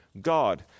God